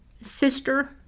sister